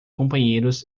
companheiros